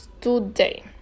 today